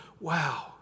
Wow